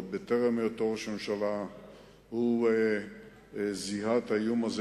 עוד בטרם היותו ראש ממשלה זיהה את האיום הזה,